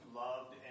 loved